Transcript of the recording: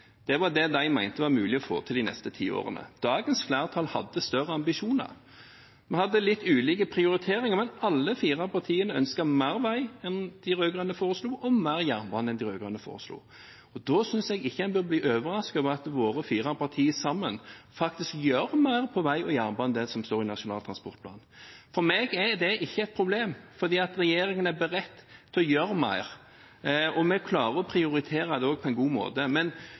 Det var det de mente var mulig å få til de neste ti årene. Dagens flertall hadde større ambisjoner. Vi hadde litt ulike prioriteringer, men alle fire partiene ønsket mer vei enn de rød-grønne foreslo, og mer jernbane enn de rød-grønne foreslo. Da synes jeg ikke en bør bli overrasket over at vi fire partier sammen faktisk gjør mer på vei og jernbane enn det som står i Nasjonal transportplan. For meg er det ikke et problem, for regjeringen er beredt til å gjøre mer. Vi klarer også å prioritere det på en god måte. Men